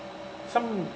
some